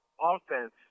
offense